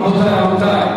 רבותי,